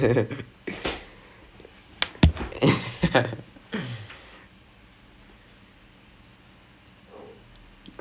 english eh வர மாட்டெங்கேது இதுலே:vara maatenguthu ithulae though I was this close into learning latin